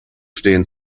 stehen